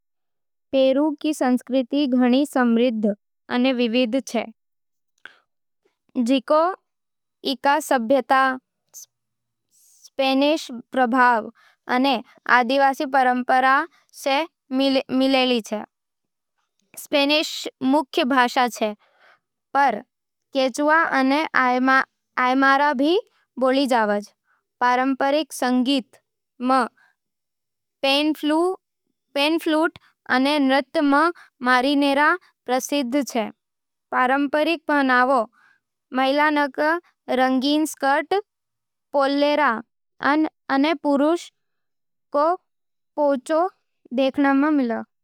पेरू रो संस्कृति घणी समृद्ध अने विविध छे, जिको इंका सभ्यता, स्पेनिश प्रभाव अने आदिवासी परंपरावां रो मेल मिले। स्पेनिश मुख्य भाषा होवे, पर केचुआ अने आयमारा भी बोले जावे। पारंपरिक संगीत में पैन फ्लूट अने नृत्य में मारिनेरा प्रसिद्ध छे। पारंपरिक पहनावा में महिलाओं रो रंगीन स्कर्ट पोल्लेरा अने पुरुषां रो पोंचो देखण मिल।